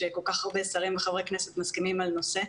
שכל כך הרבה שרים וחברי כנסת מסכימים על נושא.